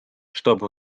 чтоб